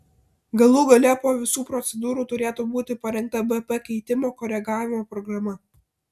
galų gale po visų procedūrų turėtų būti parengta bp keitimo koregavimo programa